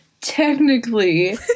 technically